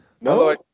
No